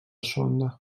sonda